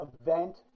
event